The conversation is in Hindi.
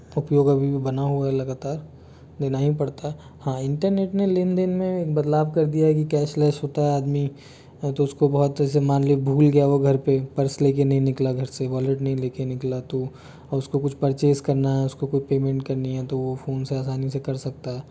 उपयोग अभी भी बना हुआ है लगातार देना ही पड़ता है हाँ इंटरनेट ने लेन देन में बदलाव कर दिया है कि कैशलेस होता है आदमी तो उसको बहुत तो ऐसे मान लो भूल गया हो घर पर पर्स लेकर नहीं निकला घर से वॉलेट नहीं लेकर निकला तो अब उसको कुछ परचेस करना है उसको कोई पेमेंट करनी है तो वो फोन से आसानी से कर सकता है